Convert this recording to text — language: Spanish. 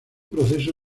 proceso